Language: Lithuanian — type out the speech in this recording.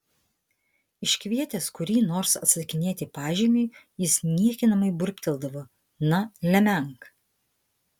iškvietęs kurį nors atsakinėti pažymiui jis niekinamai burbteldavo na lemenk